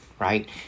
right